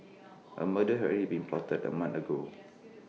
A murder had already been plotted A month ago